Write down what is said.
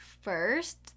first